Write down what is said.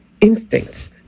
instincts